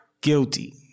guilty